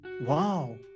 wow